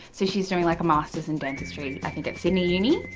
so she is doing like a masters in dentistry i think at sydney uni.